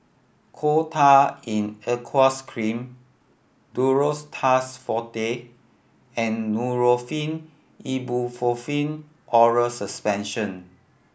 Coal Tar in Aqueous Cream Duro Tuss Forte and Nurofen Ibuprofen Oral Suspension